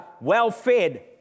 well-fed